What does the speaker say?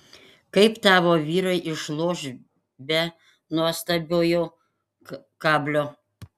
kaip tavo vyrai išloš be nuostabiojo kablio